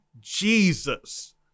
Jesus